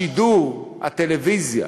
השידור, הטלוויזיה